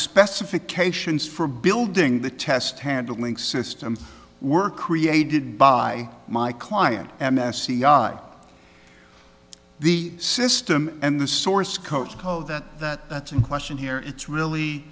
specifications for building the test handling system were created by my client m s c i the system and the source codes code that that that's in question here it's really